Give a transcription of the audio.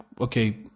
okay